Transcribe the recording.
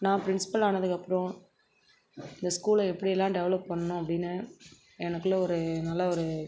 நான் ப்ரின்ஸ்பல் ஆனதுக்கப்புறோம் இந்த ஸ்கூலை எப்படிலாம் டெவலப் பண்ணணும் அப்படின்னு எனக்குள்ள ஒரு நல்ல ஒரு